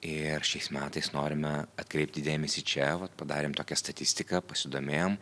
ir šiais metais norime atkreipti dėmesį čia vat padarėm tokią statistiką pasidomėjom